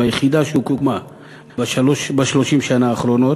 וליחידה שהוקמה ב-30 השנים האחרונות,